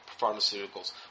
pharmaceuticals